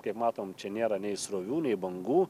kaip matom čia nėra nei srovių nei bangų